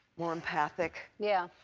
more empathic. yeah,